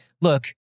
Look